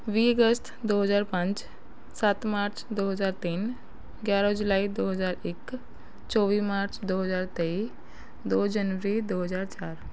ਵੀਹ ਅਗਸਤ ਦੋ ਹਜ਼ਾਰ ਪੰਜ ਸੱਤ ਮਾਰਚ ਦੋ ਹਜ਼ਾਰ ਤਿੰਨ ਗਿਆਰਾਂ ਜੁਲਾਈ ਦੋ ਹਜ਼ਾਰ ਇੱਕ ਚੌਵੀ ਮਾਰਚ ਦੋ ਹਜ਼ਾਰ ਤੇਈ ਦੋ ਜਨਵਰੀ ਦੋ ਹਜ਼ਾਰ ਚਾਰ